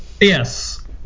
Yes